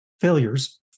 failures